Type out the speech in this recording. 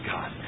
God